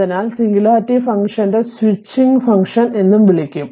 അതിനാൽ സിംഗുലാരിറ്റി ഫംഗ്ഷനെ switching function എന്നും വിളിക്കുന്നു